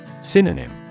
Synonym